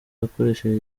akoresheje